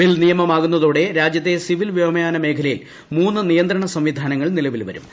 bill നിയമമാകുന്നതോടെ രാജ്യത്തെ ക്ട്സ്ട്രിവിൽ വ്യോമയാന മേഖലയിൽ മൂന്ന് നിയന്ത്രണ സംവിധാനങ്ങൾ നിലവിൽ വരും